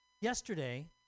Yesterday